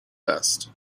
best